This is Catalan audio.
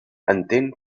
entén